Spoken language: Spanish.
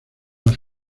las